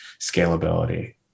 scalability